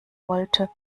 wollte